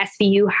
SVU